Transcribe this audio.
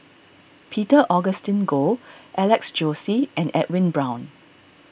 Peter Augustine Goh Alex Josey and Edwin Brown